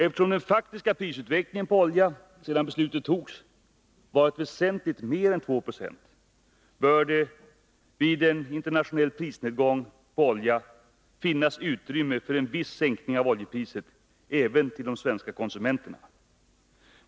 Eftersom den faktiska prisutvecklingen på olja, sedan beslutet togs, har varit väsentligt mer än 2 26 bör det vid en internationell prisnedgång på olja finnas utrymme för en viss sänkning av oljepriset, även för de svenska konsumenterna.